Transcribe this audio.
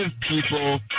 people